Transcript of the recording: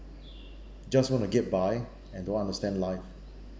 just want to get by and don't understand life